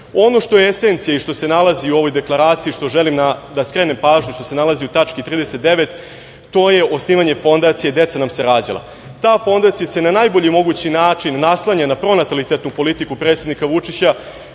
što je esencija i što se nalazi u ovoj deklaraciji, što želim da skrenem pažnju, što se nalazi u tački 39. to je osnivanje fondacije „Desa nam se rađala“. Ta fondacija se na najbolji mogući način naslanja na pronatalitetnu politiku predsednika Vučića